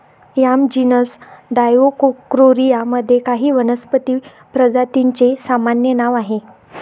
yam genus Dioscorea मध्ये काही वनस्पती प्रजातींचे सामान्य नाव आहे